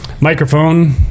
microphone